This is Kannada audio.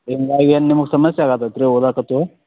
ಹಿಂಗಾಗಿ ಏನು ನಿಮ್ಗ ಸಮಸ್ಯೆ ಆಗತತ್ತಿ ರೀ ಓದಕತ್ತು